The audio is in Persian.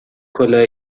کلاه